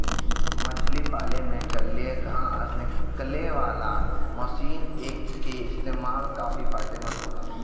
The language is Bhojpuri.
मछरी पाले में जलीय घास निकालेवाला मशीन क इस्तेमाल काफी फायदेमंद होला